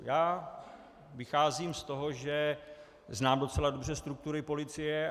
Já vycházím z toho, že znám docela dobře struktury policie.